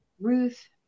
Ruth